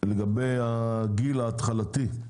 לגבי הגיל ההתחלתי,